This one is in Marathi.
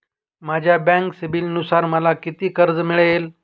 माझ्या बँक सिबिलनुसार मला किती कर्ज मिळेल?